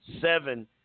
seven